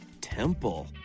Temple